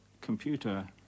computer